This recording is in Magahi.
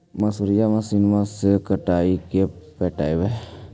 मसुरी मशिन से कटइयै कि पिटबै?